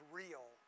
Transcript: real